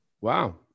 wow